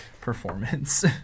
Performance